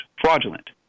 fraudulent